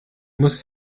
muss